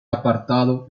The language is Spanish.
apartado